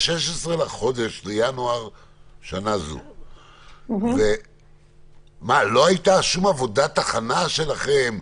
ב-16 בינואר 2021. לא הייתה שום עבודת הכנה שלכם?